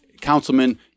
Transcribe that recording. Councilman